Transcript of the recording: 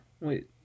wait